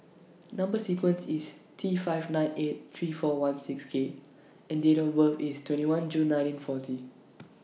Number sequence IS T five nine eight three four one six K and Date of birth IS twenty one June nineteen forty